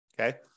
Okay